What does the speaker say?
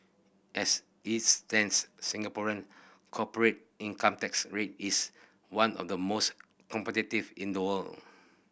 as its stands Singaporean corporate income tax rate is one of the most competitive in the world